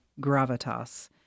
gravitas